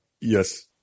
Yes